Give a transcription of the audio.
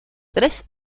tres